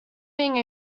being